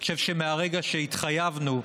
אני חושב שמהרגע שהתחייבנו,